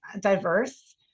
diverse